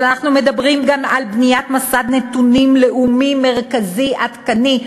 אבל אנחנו מדברים גם על בניית מסד נתונים לאומי מרכזי עדכני,